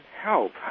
help